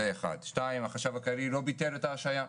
דבר שני, החשב הכללי לא ביטל את ההשעיה.